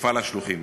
מפעל השלוחים.